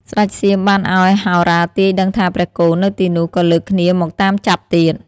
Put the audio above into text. ស្ដេចសៀមបានឲ្យហោរាទាយដឹងថាព្រះគោនៅទីនោះ ក៏លើកគ្នាមកតាមចាប់ទៀត។